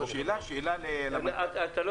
חברי הכנסת.